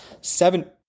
seven